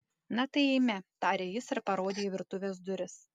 na tai eime tarė jis ir parodė į virtuvės duris